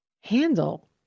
handle